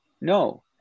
No